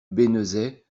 bénezet